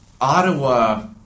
Ottawa